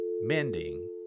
mending